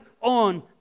on